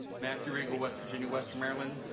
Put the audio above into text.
matthew riegel, west virginia-western maryland.